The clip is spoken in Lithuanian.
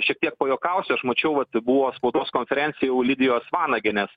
šiek tiek pajuokausiu aš mačiau vat buvo spaudos konferencija jau olidijos vanagienės